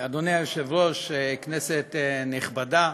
אדוני היושב-ראש, כנסת נכבדה,